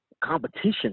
competition